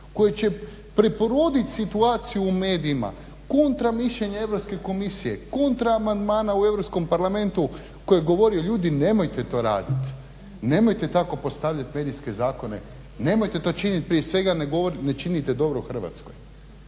koji će preporodit situaciju u medijima, kontra mišljenja Europske komisije, kontra amandmana u Europskom parlamentu koji govori ljudi nemojte to raditi. Nemojte tako postavljati medijske zakona, nemojte to činiti. Prije svega ne činite dobro Hrvatskoj.